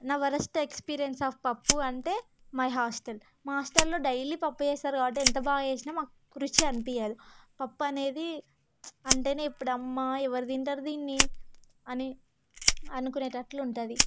నా worst experience of pappu అంటే my hostel మా హాస్టల్లో డైలీ పప్పు చేస్తారు కాబట్టి ఎంత బాగా చేసినా మాకు రుచి అనిపించదు పప్పు అనేది అంటేనే ఇప్పుడు అమ్మ ఎవరు తింటారు దీన్ని అని అనుకునేటట్లు ఉంటుంది